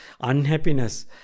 unhappiness